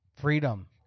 Freedom